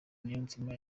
niyonzima